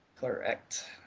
Correct